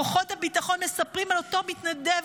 כוחות הביטחון מספרים על אותו מתנדב